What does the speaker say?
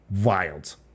wild